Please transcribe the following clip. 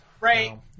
right